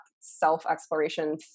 self-exploration